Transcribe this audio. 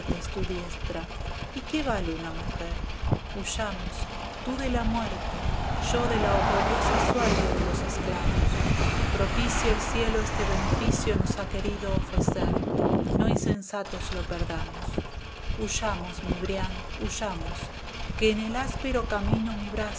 tu diestra y qué vale una mujer huyamos tú de la muerte yo de la oprobiosa suerte de los esclavos propicio la cautiva b el cielo este beneficio nos ha querido ofrecer no insensatos lo perdamos huyamos mi brian huyamos que en el áspero camino mi